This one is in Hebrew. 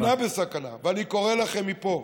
המדינה בסכנה, ואני קורא לכם מפה: